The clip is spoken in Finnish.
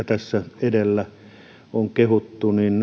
tässä edellä kehui